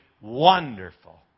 wonderful